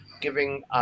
giving